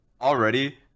already